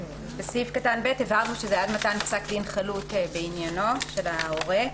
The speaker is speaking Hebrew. בסעיף (ב) הבהרנו שזה עד מתן פסק דין חלוט בעניינו של ההורה.